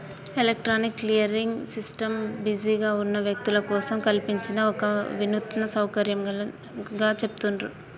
electronic clearing system బిజీగా ఉన్న వ్యక్తుల కోసం కల్పించిన ఒక వినూత్న సౌకర్యంగా చెబుతాండ్రు